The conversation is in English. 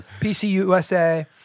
PCUSA